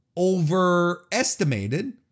Overestimated